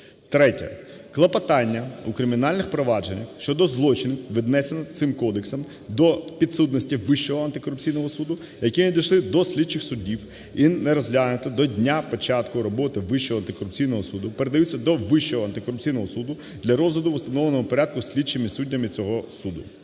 Третє. Клопотання у кримінальних провадженнях щодо злочинів, віднесених цим Кодексом до підсудності Вищого антикорупційного суду, які надійшли до слідчих суддів і не розглянуті до дня початку роботи Вищого антикорупційного суду, передаються до Вищого антикорупційного суду для розгляду в установленому порядку слідчими суддями цього суду.